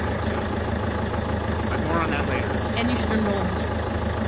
so but more on that later. and you should enroll in history classes.